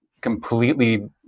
completely